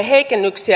lopuksi